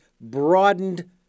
broadened